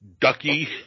Ducky